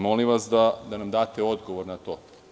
Molim vas da nam date odgovor na to.